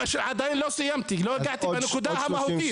עדיין לא סיימתי, לא הגעתי לנקודה המהותית.